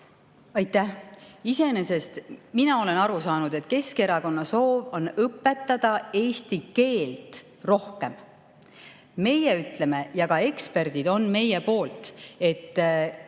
Aitäh! Iseenesest mina olen aru saanud, et Keskerakonna soov on eesti keelt rohkem õpetada. Meie ütleme, ja ka eksperdid on meie poolt, et